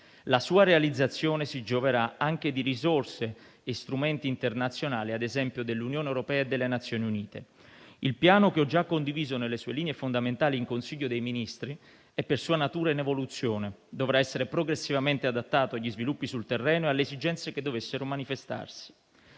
La sua realizzazione si gioverà anche di risorse e strumenti internazionali, ad esempio dell'Unione europea e delle Nazioni Unite. Il piano che ho già condiviso nelle sue linee fondamentali in Consiglio dei ministri è per sua natura in evoluzione e dovrà essere progressivamente adattato agli sviluppi sul terreno e alle esigenze che dovessero manifestarsi.